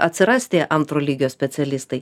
atsiras tie antro lygio specialistai